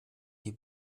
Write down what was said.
die